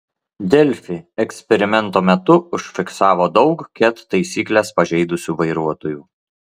delfi eksperimento metu užfiksavo daug ket taisykles pažeidusių vairuotojų